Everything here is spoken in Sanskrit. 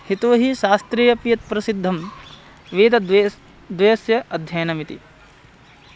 यतोऽहि शास्त्रे अपि यत् प्रसिद्धं वेदद्वयस्य द्वयस्य अध्ययनम् इति